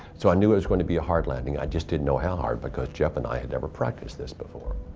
so i knew it was going to be a hard landing. i just didn't know how hard because jeff and i had never practiced this before.